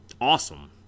awesome